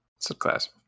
subclass